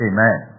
Amen